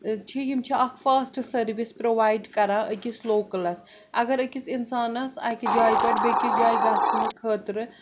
چھِ یِم چھِ اَکھ فاسٹ سٔروِس پرٛووایِڈ کران أکِس لوکلس اگر اِنسانس اَکہِ جایہِ پٮ۪ٹھ بیٚیٚس جایہِ گَژھنہٕ خٲطرٕ